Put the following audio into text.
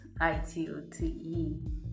itote